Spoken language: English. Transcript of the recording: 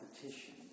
competition